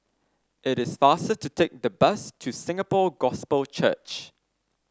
it is faster to take the bus to Singapore Gospel Church